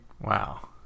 Wow